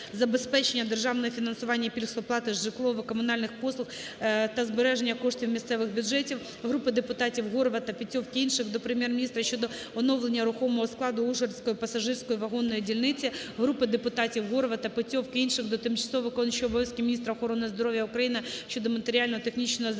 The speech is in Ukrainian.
забезпечення державного фінансування пільг з оплати житлово-комунальних послуг та збереження коштів місцевих бюджетів. Групи депутатів (Горвата, Петьовки, інишх) до Прем'єр-міністра щодо оновлення рухомого складу Ужгородської пасажирської вагонної дільниці. Групи депутатів (Горвата, Петьовки, інших) до тимчасово виконуючої обов'язки міністра охорони здоров'я України щодо матеріально-технічного забезпечення